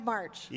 March